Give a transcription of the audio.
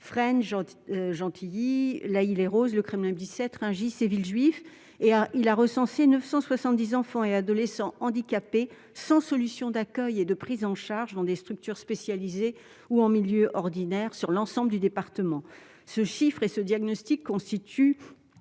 gentil Gentilly l'Haye-les-Roses le Kremlin Bicêtre Rungis et Villejuif et il a recensé 970 enfants et adolescents handicapés sans solution d'accueil et de prise en charge dans des structures spécialisées ou en milieu ordinaire, sur l'ensemble du département, ce chiffre est ce diagnostic constitue